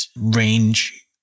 range